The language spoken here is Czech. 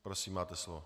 Prosím, máte slovo.